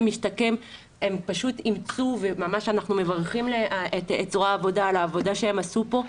הם פשוט אימצו וממש אנחנו מברכים את זרוע העבודה על העבודה שהם עשו פה,